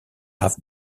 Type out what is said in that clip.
have